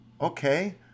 okay